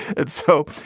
it's hope.